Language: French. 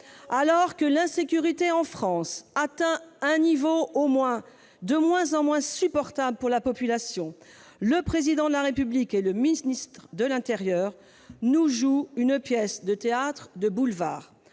Alors que l'insécurité en France atteint un niveau de moins en moins supportable pour la population, le Président de la République et le ministre de l'intérieur nous jouent une pièce de théâtre de boulevard